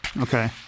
Okay